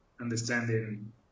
understanding